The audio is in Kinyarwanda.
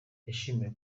yashimiwe